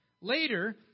Later